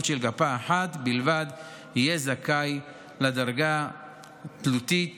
של גפה אחת בלבד יהיה זכאי לדרגה תלותית